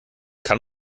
kann